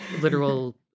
literal